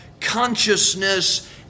consciousness